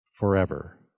forever